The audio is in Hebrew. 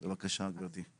בבקשה, גברתי.